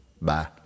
Bye